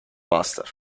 master